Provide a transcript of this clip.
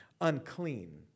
unclean